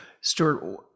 Stuart